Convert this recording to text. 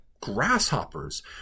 grasshoppers